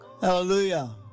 Hallelujah